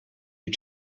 you